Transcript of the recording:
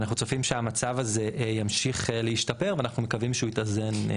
ואנחנו צופים שהמצב הזה ימשיך להתיישר ואנחנו מקווים שהוא יתאזן.